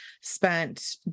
spent